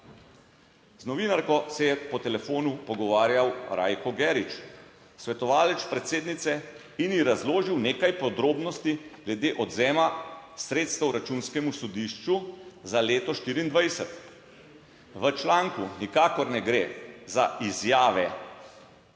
Z novinarko se je po telefonu pogovarjal Rajko Gerič, svetovalec predsednice, in ji razložil nekaj podrobnosti glede odvzema sredstev Računskemu sodišču za leto 2024. V članku nikakor ne gre za izjave